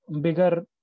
bigger